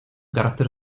carácter